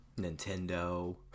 Nintendo